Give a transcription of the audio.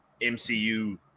MCU